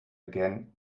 again